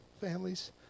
families